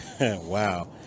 Wow